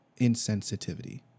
insensitivity